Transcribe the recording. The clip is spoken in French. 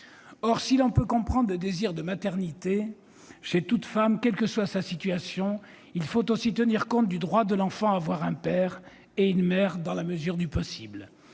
Or, si l'on peut comprendre le désir de maternité chez toute femme, quelle que soit sa situation, il faut aussi tenir compte du droit de l'enfant à avoir un père et une mère, dans la mesure du possible.